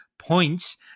Points